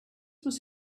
was